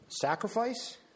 sacrifice